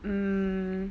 mm